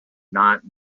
not